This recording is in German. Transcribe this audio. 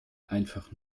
einfach